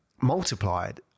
multiplied